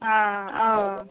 हँ हँ